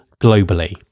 globally